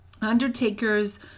Undertakers